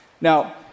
Now